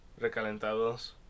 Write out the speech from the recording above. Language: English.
recalentados